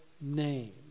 name